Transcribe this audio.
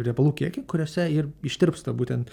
riebalų kiekį kuriuose ir ištirpsta būtent